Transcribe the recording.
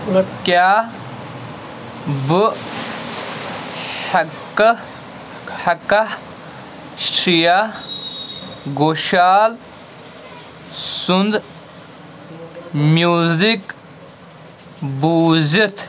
کیٛاہ بہٕ ہٮ۪کہ ہٮ۪کا شِرٛیا گوشال سُنٛد میوٗزِک بوٗزِتھ